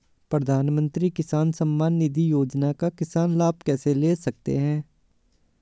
प्रधानमंत्री किसान सम्मान निधि योजना का किसान लाभ कैसे ले सकते हैं?